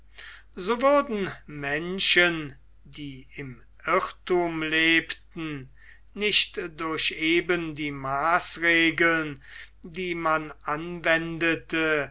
so würden menschen die im irrthum lebten nicht durch eben die maßregeln die man anwendete